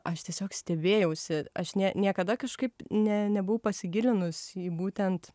aš tiesiog stebėjausi aš ne niekada kažkaip ne nebuvau pasigilinus į būtent